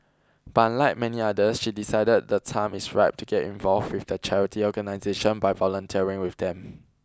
but unlike many others she decided the time is ripe to get involved with the charity organisation by volunteering with them